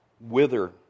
wither